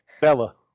Bella